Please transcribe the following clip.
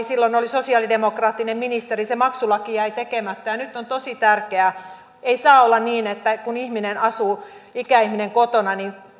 silloin oli sosiaalidemokraattinen ministeri se maksulaki jäi tekemättä ja nyt se on tosi tärkeää ei saa olla niin että kun ikäihminen asuu kotona